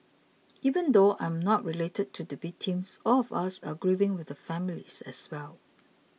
even though I am not related to the victims all of us are grieving with the families as well